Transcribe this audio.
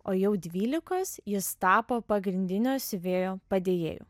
o jau dvylikos jis tapo pagrindinio siuvėjo padėjėju